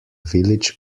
village